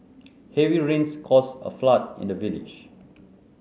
heavy rains cause a flood in the village